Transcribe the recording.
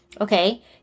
Okay